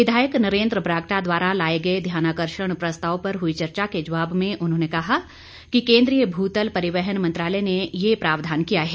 विधायक नरेंद्र बरागटा द्वारा लाए गए ध्यानाकर्षण प्रस्ताव पर हुई चर्चा के जवाब में उन्होंने कहा कि केंद्रीय भूतल परिवहन मंत्रालय ने यह प्रावधान किया है